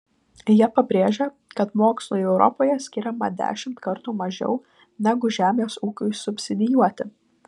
jie pabrėžia kad mokslui europoje skiriama dešimt kartų mažiau negu žemės ūkiui subsidijuoti